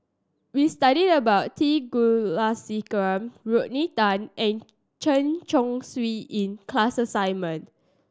we studied about T Kulasekaram Rodney Tan and Chen Chong Swee in class assignment